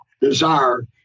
desire